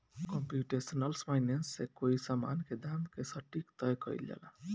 computational finance से कोई समान के दाम के सटीक तय कईल जाला